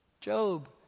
Job